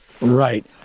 right